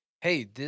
hey